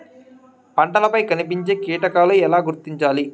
పంటలపై కనిపించే కీటకాలు ఎలా గుర్తించాలి?